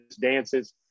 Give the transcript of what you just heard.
dances